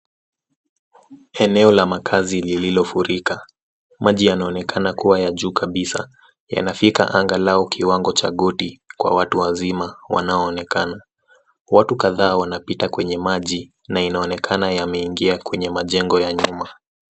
Eneo la makazi lililofurika. Maji yanaonekana kuwa ya juu sana kabisa, yanafika angalau kiwango cha goti kwa watu wazima wanaoonekana. Watu kadhaa wanapita kwenye maji na inaoneka yameingia kwenye majengo ya nyuma.